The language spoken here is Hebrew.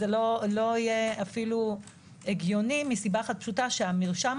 זה לא יהיה אפילו הגיוני כי המרשם